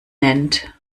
nennt